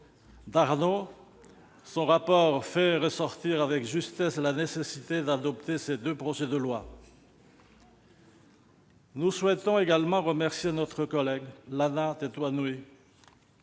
Darnaud. Son rapport fait ressortir avec justesse la nécessité d'adopter ces deux projets de loi. Nous souhaitons également remercier notre collègue Lana Tetuanui